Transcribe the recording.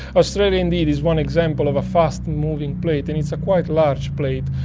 australia indeed is one example of a fast moving plate and it's a quite large plate.